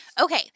Okay